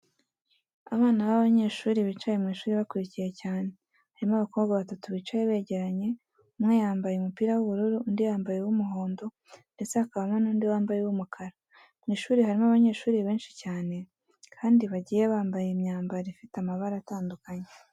Abana b'abanyeshuri bicaye mu ishuri bakurikiye cyane, harimo abakobwa batatu bicaye begerenye, umwe yambaye umupira w'ubururu, undi yambaye uw'umuhondo ndetse hakabamo n'undi wambaye uw'umukara. Mu ishuri harimo abanyeshuri benshi cyane kandi bagiye bambaye imyambaro ifite amabara atandukanye.